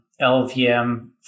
LVM